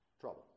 Trouble